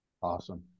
Awesome